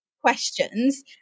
questions